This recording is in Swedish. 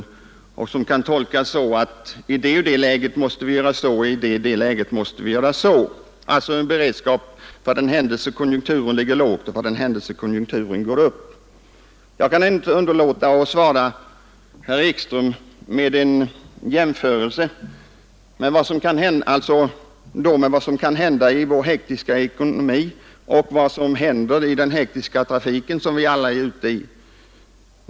Vad som står där kan tolkas så här: i ett visst läge måste vi göra på ett sätt, i ett annat läge måste vi göra på ett annat sätt — alltså en beredskap för den händelse konjunkturen ligger lågt och för den händelse konjunkturen går upp. Jag kan inte underlåta att svara herr Ekström med en jämförelse mellan vad som kan hända i vår hektiska ekonomi och vad som händer i den hektiska trafiken, som vi alla är ute i.